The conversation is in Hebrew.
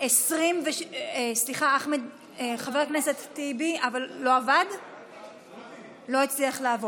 איסור מועמדות וכהונה לנאשם או למורשע בפלילים) לא נתקבלה.